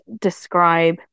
describe